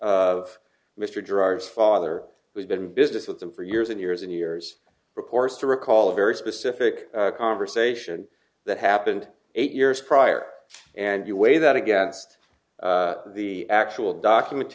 girard father who's been business with them for years and years and years reports to recall a very specific conversation that happened eight years prior and you weigh that against the actual documents